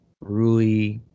Rui